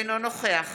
אינו נוכח